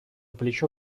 плечо